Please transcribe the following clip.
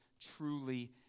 truly